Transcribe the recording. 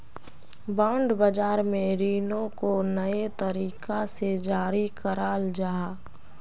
bond बाज़ार में रीनो को नए तरीका से जारी कराल जाहा